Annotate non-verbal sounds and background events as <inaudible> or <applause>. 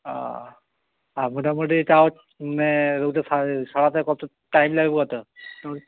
আঃ আর মোটামুটি তাও <unintelligible> রোগটা সারাতে সারাতে কত টাইম লাগবে কত